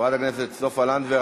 חברת הכנסת סופה לנדבר,